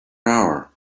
hour